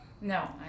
No